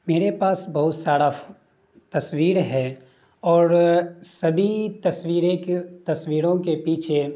میرے پاس بہت سارا تصویر ہے اور سبھی تصویریں تصویروں کے پیچھے